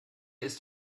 ist